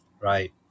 right